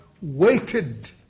waited